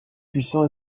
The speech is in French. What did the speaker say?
puissant